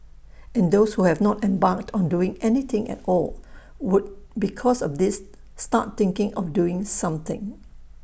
and those who have not embarked on doing anything at all would because of this start thinking of doing something